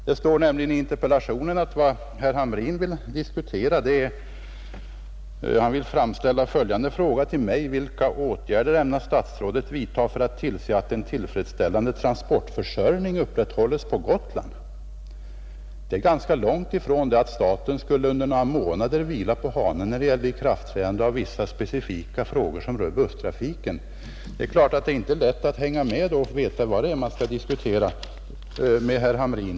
Det står nämligen i interpellationen att herr Hamrin vill framställa — Nr 81 följande fråga till mig: ” Vilka åtgärder ämnar statsrådet vidta för att tillse Måndagen den att en tillfredsställande transportförsörjning upprätthålles på Gotland?” 10 maj 1971 Det är ganska långt ifrån att staten skulle under några månader vila på hanen när det gäller ikraftträdande av vissa specifika åtgärder som rör Ang. förbättring av busstrafiken. Det är klart att det inte är lätt att hänga med och veta vad = transportförsörjdet är man skall diskutera med herr Hamrin.